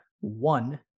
one